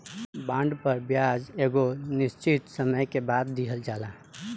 bond पर ब्याज एगो निश्चित समय के बाद दीहल जाला